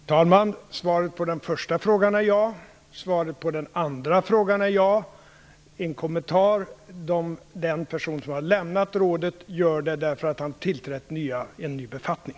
Fru talman! Svaret på den första frågan är ja. Svaret på den andra frågan är ja. En kommentar: Den person som har lämnat rådet har gjort det därför att han har tillträtt en ny befattning.